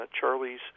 Charlie's